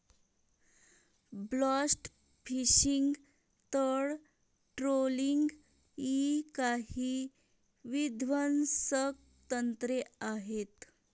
blast fishing, तळ trawling इ काही विध्वंसक तंत्रे आहेत